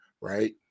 right